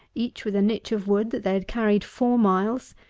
each with a nitch of wood that they had carried four miles,